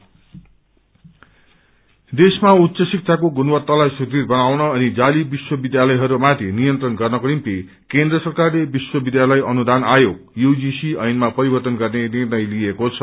HECI देशमा उच्च शिक्षाको गुणवत्तालाई सुदृङ बनाउन अनि जाली विश्वविधालयहरूमाथि नियन्त्रण गर्नको निम्ति केन्द्र सरकारले विश्वविध्यालय अनुदान आयोग ऐनमा परिववन गर्ने निर्णय लिएको छ